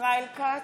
ישראל כץ,